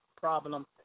problem